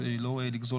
כדי לא לגזול